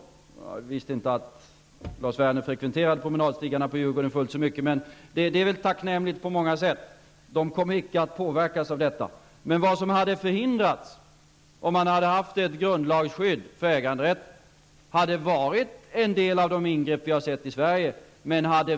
Jag visste inte att Djurgården fullt så mycket, men det är tacknämligt på många sätt. Stigarna kommer inte att påverkas. Men ett grundlagsskydd för äganderätten hade förhindrat en del av de ingrepp som man har sett i Sverige.